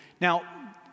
Now